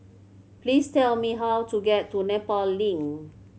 please tell me how to get to Nepal Link